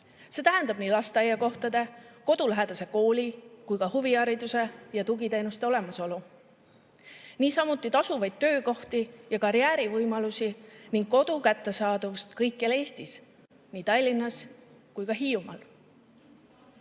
See tähendab nii lasteaiakohtade, kodulähedase kooli kui ka huvihariduse ja tugiteenuste olemasolu. Niisamuti tasuvaid töökohti ja karjäärivõimalusi ning kodu kättesaadavust kõikjal Eestis, nii Tallinnas kui ka